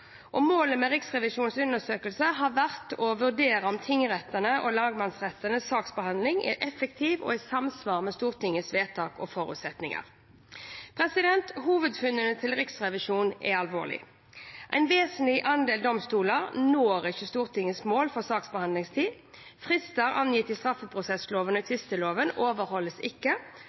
Målet med Riksrevisjonens undersøkelse har vært å vurdere om tingrettene og lagmannsrettenes saksbehandling er effektiv og i samsvar med Stortingets vedtak og forutsetninger. Hovedfunnene til Riksrevisjonen er alvorlige: En vesentlig andel domstoler når ikke Stortingets mål for saksbehandlingstid. Frister angitt i straffeprosessloven og i tvisteloven overholdes ikke.